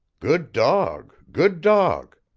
good dog! good dog!